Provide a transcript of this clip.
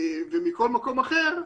ומכל מקום אחר,